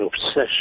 obsession